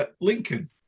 Lincoln